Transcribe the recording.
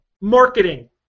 Marketing